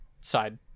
side